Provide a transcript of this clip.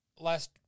last